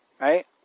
right